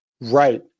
Right